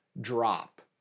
drop